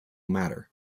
matter